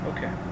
Okay